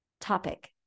topic